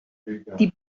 die